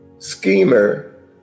Schemer